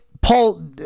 Paul